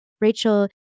Rachel